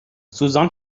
سوزان